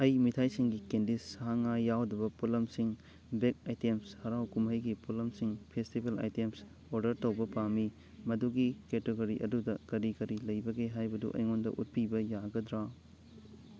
ꯑꯩ ꯃꯤꯊꯥꯏꯁꯤꯡꯒꯤ ꯀꯦꯟꯗꯤꯁ ꯁꯥ ꯉꯥ ꯌꯥꯎꯗꯕ ꯄꯣꯠꯂꯝꯁꯤꯡ ꯕꯦꯛ ꯑꯥꯏꯇꯦꯝꯁ ꯍꯔꯥꯎ ꯀꯨꯝꯍꯩꯒꯤ ꯄꯣꯠꯂꯝꯁꯤꯡ ꯐꯦꯁꯇꯤꯕꯦꯜ ꯑꯥꯏꯇꯦꯝꯁ ꯑꯣꯗꯔ ꯇꯧꯕ ꯄꯥꯝꯃꯤ ꯃꯗꯨꯒꯤ ꯀꯦꯇꯥꯒꯣꯔꯤ ꯑꯗꯨꯗ ꯀꯔꯤ ꯀꯔꯤ ꯂꯩꯕꯒꯦ ꯍꯥꯏꯕꯗꯨ ꯑꯩꯉꯣꯟꯗ ꯎꯠꯄꯤꯕ ꯌꯥꯒꯗ꯭ꯔꯥ